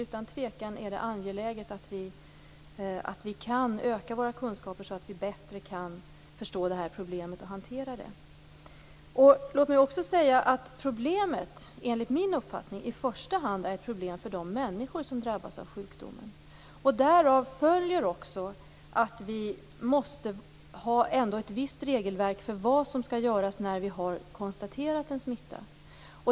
Utan tvivel är det angeläget att vi kan öka våra kunskaper så att vi förstår problemet bättre. Detta är i första hand ett problem för de människor som drabbas av sjukdomen. Därav följer att vi måste ha ett visst regelverk för vad som skall göras när smitta har konstaterats.